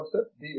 professor B